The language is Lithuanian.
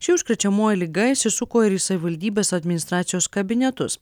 ši užkrečiamoji liga įsisuko ir į savivaldybės administracijos kabinetus